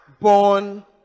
born